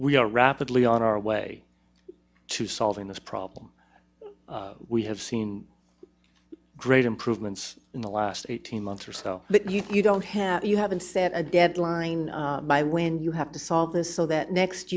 we are rapidly on our way to solving this problem we have seen great improvements in the last eighteen months or so but you don't have you haven't set a deadline by when you have to solve this so that next